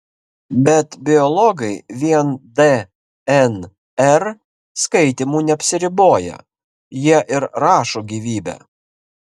bet biologai vien dnr skaitymu neapsiriboja jie ir rašo gyvybę